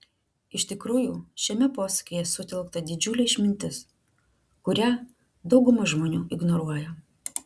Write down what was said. iš tikrųjų šiame posakyje sutelkta didžiulė išmintis kurią dauguma žmonių ignoruoja